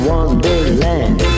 Wonderland